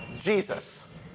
Jesus